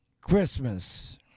Christmas